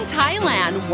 Thailand